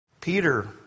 Peter